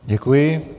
Děkuji.